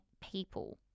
people